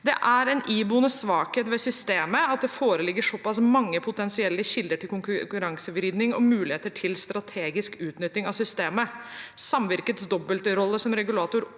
er det en iboende svakhet ved systemet at det foreligger så pass mange potensielle kilder til konkurransevridning og muligheter til strategisk utnytting av systemet. Samvirkets dobbeltrolle som regulator